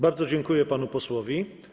Bardzo dziękuję panu posłowi.